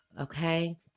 okay